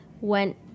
went